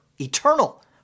eternal